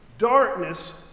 Darkness